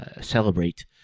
celebrate